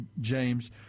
james